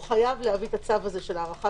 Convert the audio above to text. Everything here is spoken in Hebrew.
הוא חייב להביא את הצו הזה של הארכת